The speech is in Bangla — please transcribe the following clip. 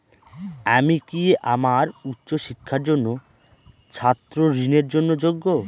আমি কি আমার উচ্চ শিক্ষার জন্য ছাত্র ঋণের জন্য যোগ্য?